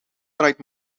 draait